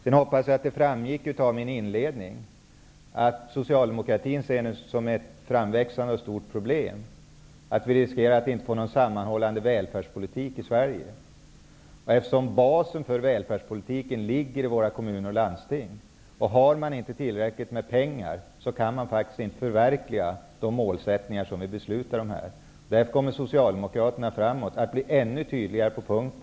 Jag hoppas att det framgick av min inledning att socialdemokratin ser det som ett framväxande stort problem att vi riskerar att inte få någon sammanhållande välfärdspolitik i Sverige. Basen för välfärdspolitiken finns i våra kommuner och landsting. Om man inte har tillräckligt med pengar kan man faktiskt inte förverkliga de målsättningar som vi har fattat beslut om här. Därför kommer Socialdemokraterna framöver att bli ännu tydligare på denna punkt.